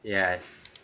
yes